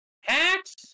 Hacks